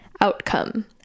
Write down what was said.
outcome